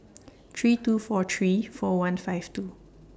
three two four three four one five two